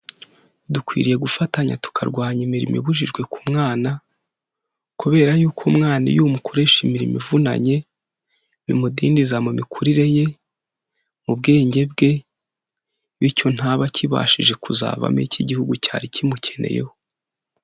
Dukwiriye gufatanya tukarwanya imirimo ibujijwe ku mwana, kubera yuko umwana iyo umukoresha imirimo ivunanye, bimudindiza mu mikurire ye, mu bwenge bwe bityo ntabe akibashije kuzavamo icyo igihugu cyari kimukeneyeho.